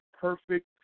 perfect